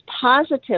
positive